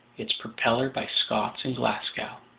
its propeller by scott's in glasgow.